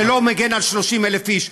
זה לא מגן על 30,000 איש,